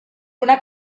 una